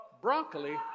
Broccoli